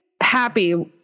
happy